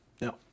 No